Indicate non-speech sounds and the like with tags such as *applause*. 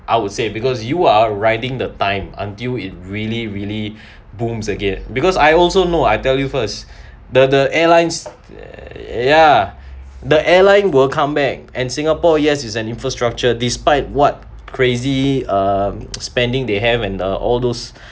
I would say because you are riding the time until it really really *breath* booms again because I also know I tell you first *breath* the the airlines ya the airline will come back and singapore yes it's an infrastructure despite what crazy um *noise* spending they have and the all those *breath*